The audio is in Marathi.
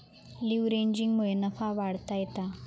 लीव्हरेजिंगमुळे नफा वाढवता येता